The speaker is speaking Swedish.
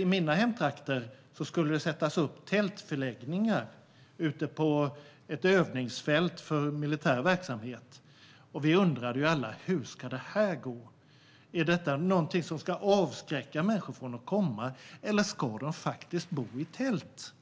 I min hemtrakt skulle det sättas upp tältförläggningar ute på ett övningsfält för militär verksamhet. Vi undrade alla hur det skulle gå. Var tanken att det skulle avskräcka människor från att komma, eller skulle de faktiskt bo i tält?